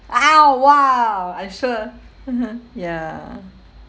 !wow! !wow! I'm sure (uh huh) ya